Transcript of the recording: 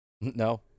no